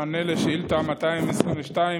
מענה על שאילתה 222,